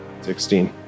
Sixteen